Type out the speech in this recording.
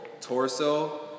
torso